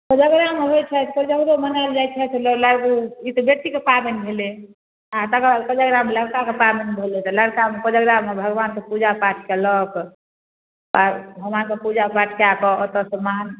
कोजगरामे होइ छथि कोजगरो मनाएल जाइ छथि लऽ लागू ई तऽ बेटीके पाबनि भेलै आओर तकर बाद कोजगरा लड़काके पाबनि भेलै तऽ लड़कामे कोजगरामे भगवानके पूजा पाठ केलक आओर भगवानके पूजा पाठ कऽ कऽ ओतऽसँ महा